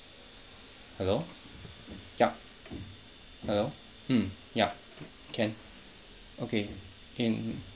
hello yup hello mm yup can okay in